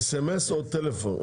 סמס או בטלפון?